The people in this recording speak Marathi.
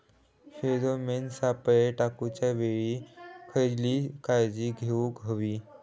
फेरोमेन सापळे टाकूच्या वेळी खयली काळजी घेवूक व्हयी?